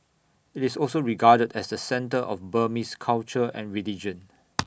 IT is also regarded as the centre of Burmese culture and religion